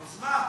אז מה?